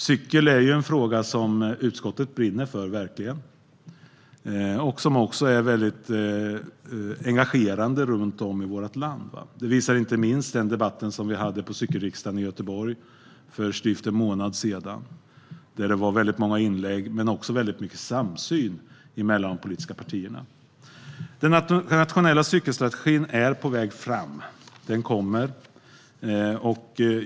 Cykel är en fråga som utskottet brinner för och som engagerar runt om i vårt land. Det visar inte minst den debatt som vi hade på cykelriksdagen i Göteborg för drygt en månad sedan. Det var många inlägg, men också stor samsyn mellan de politiska partierna. Den nationella cykelstrategin är på väg.